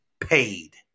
paid